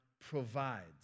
provides